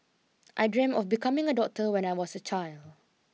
I dream of becoming a doctor when I was a child